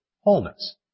wholeness